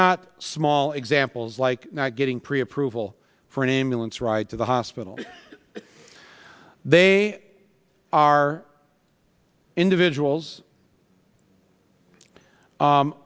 not small examples like getting pre approval for an ambulance ride to the hospital they are individuals